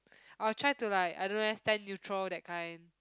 I'll try to like I don't know eh stand neutral that kind